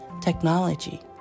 technology